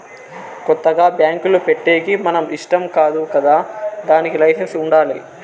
కొత్తగా బ్యాంకులు పెట్టేకి మన ఇష్టం కాదు కదా దానికి లైసెన్స్ ఉండాలి